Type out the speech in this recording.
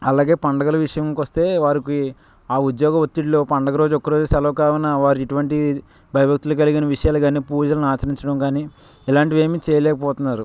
అలాగే పండగల విషయంకొస్తే వారికి ఆ ఉద్యోగ ఒత్తిడిలో పండుగరోజు ఒక్కరోజే సెలవు కావాలన్నా వారిఇటువంటి భయభక్తులు కలిగిన విషయాలే గాని పూజలను ఆచరించడం గాని ఇలాంటివేమీ చేయలేకపోతన్నారు